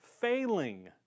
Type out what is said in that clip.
failing